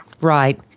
Right